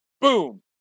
Boom